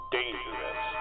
Dangerous